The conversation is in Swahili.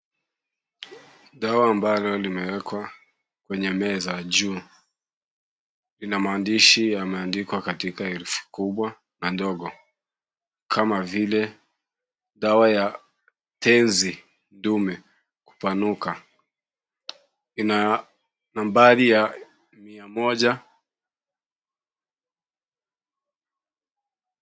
Dawa ambalo limewekwa kwenye meza juu. Ina maandishi yameandikwa katika herufi kubwa na ndogo. Kama vile dawa ya tenzi dume kupanuka. Ina nambari ya mia moja.